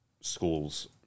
schools